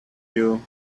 you